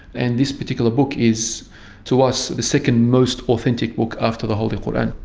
and this particular book is to us the second most authentic book after the holy qur'an.